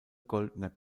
goldener